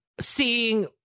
seeing